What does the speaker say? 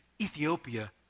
Ethiopia